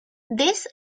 this